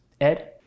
Ed